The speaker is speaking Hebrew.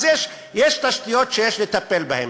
אז יש תשתיות שיש לטפל בהן.